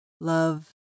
love